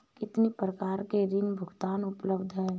कितनी प्रकार के ऋण भुगतान उपलब्ध हैं?